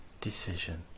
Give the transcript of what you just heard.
decision